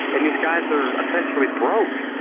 and these guys are essentially broke.